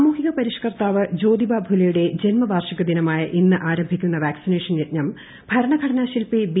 സാമൂഹിക പരിഷ്കർത്താവ് ജ്യോതിബ ഫുലെയുടെ ജൻമവാർഷിക ദിനമായ ഇന്ന് ആരംഭിക്കുന്ന വാക്സിനേഷൻ യജ്ഞം ഭരണഘടനാ ശില്പി ബി